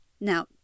Now